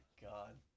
God